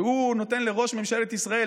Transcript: נותן לראש ממשלת ישראל,